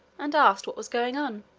and asked what was going on.